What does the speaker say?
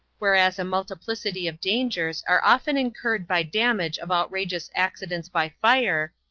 whereas a multiplicity of dangers are often incurred by damage of outrageous accidents by fire,